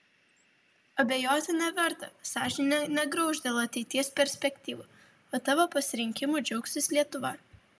abejoti neverta sąžinė negrauš dėl ateities perspektyvų o tavo pasirinkimu džiaugsis lietuva